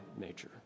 nature